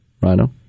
Rhino